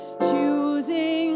choosing